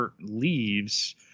leaves